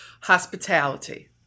hospitality